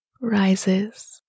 rises